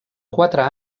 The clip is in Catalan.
quatre